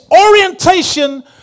orientation